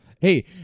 Hey